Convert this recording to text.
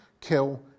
kill